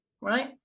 right